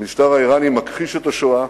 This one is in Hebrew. המשטר האירני מכחיש את השואה,